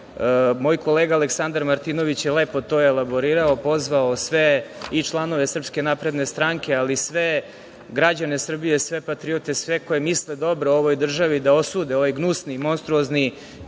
kolega Aleksandar Martinović je lepo to elaborirao, pozvao sve i članove SNS, ali i sve građane Srbije, sve patriote, sve koji misle dobro ovoj državi da osude ovaj gnusni, monstruozni